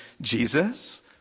Jesus